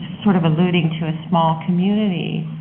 sort of alluding to a small community.